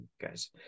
guys